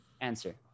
Answer